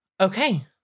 okay